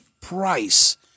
price